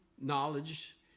knowledge